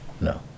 No